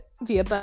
via